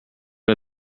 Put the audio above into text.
let